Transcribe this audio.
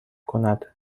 کند